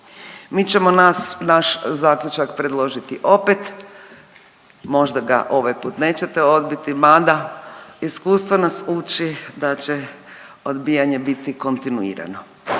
Mi ćemo naš zaključak predložiti opet, možda ga ovaj put nećete odbiti mada iskustvo nas uči da će odbijanje biti kontinuirano,